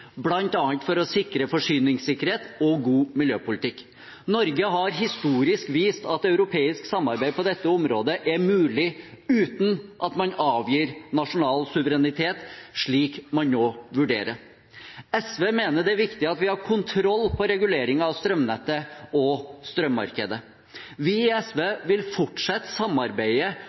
for å sikre forsyningssikkerhet og en god miljøpolitikk. Norge har historisk vist at et europeisk samarbeid på dette området er mulig uten at man avgir nasjonal suverenitet, slik man nå vurderer. SV mener det er viktig at vi har kontroll på reguleringen av strømnettet og strømmarkedet. Vi i SV vil fortsette samarbeidet